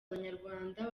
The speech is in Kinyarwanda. abanyarwanda